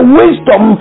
wisdom